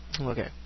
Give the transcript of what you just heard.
okay